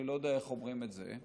אני לא יודע איך אומרים את זה,